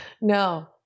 No